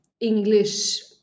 English